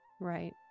Right